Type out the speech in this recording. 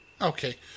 Okay